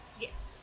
Yes